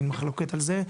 אין מחלוקת על זה,